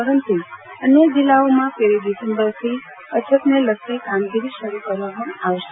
પરંતુ અન્ય જિલ્લાઓમાં પહેલી ડિસેમ્બરથી અછતને લગતી કામગીરી શરુ કરવામાં આવશે